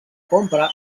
compra